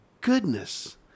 goodness